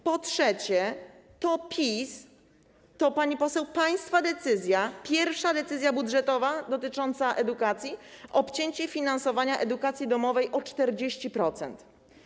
Po trzecie, pani poseł, państwa decyzja, pierwsza decyzja budżetowa dotycząca edukacji to obcięcie finansowania edukacji domowej o 40%.